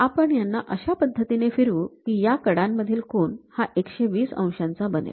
आपण याना अशा पद्धतीने फिरवू की या कडांमधील कोन हा १२० अंशाचा बनेल